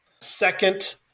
Second